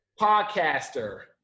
podcaster